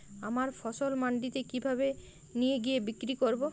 আমার ফসল মান্ডিতে কিভাবে নিয়ে গিয়ে বিক্রি করব?